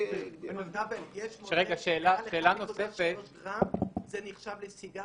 יש מודל של 1.3 גרם, זה נחשב לסיגר.